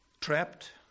trapped